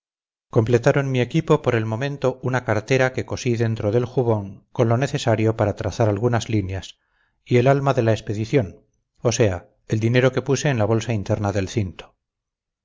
completaron mi equipo por el momento una cartera que cosí dentro del jubón con lo necesario para trazar algunas líneas y el alma de la expedición o sea el dinero que puse en la bolsa interna del cinto